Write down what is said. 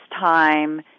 time